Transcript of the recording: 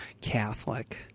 Catholic